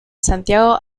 santiago